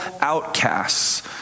outcasts